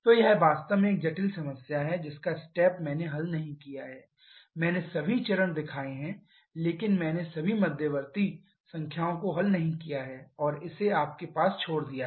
तो यह वास्तव में एक जटिल समस्या है जिसका स्टेप मैंने हल नहीं किया है मैंने सभी चरण दिखाए हैं लेकिन मैंने सभी मध्यवर्ती संख्याओं को हल नहीं किया है और इसे आपके पास छोड़ दिया है